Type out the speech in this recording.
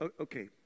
Okay